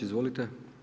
Izvolite.